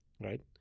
right